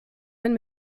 ein